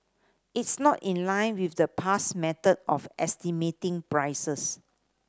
it's not in line with the past method of estimating prices